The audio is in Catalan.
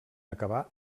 acabar